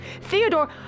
Theodore